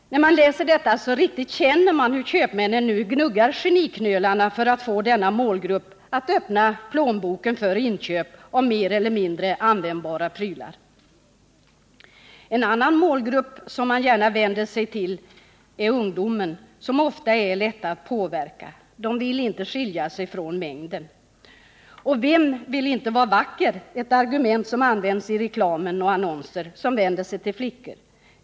Man riktigt känner hur köpmännen gnuggar geniknölarna för att få denna målgrupp att öppna plånboken för inköp av mer eller mindre användbara prylar. En annan målgrupp som man gärna vänder sig till är ungdomen som ofta är lätt att påverka; de vill inte skilja sig från mängden. Och vem vill inte vara vacker? Det är ett argument som används i reklam och annonser som vänder sig till flickor.